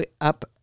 up